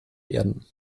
erden